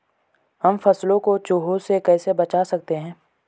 हम फसलों को चूहों से कैसे बचा सकते हैं?